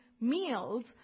meals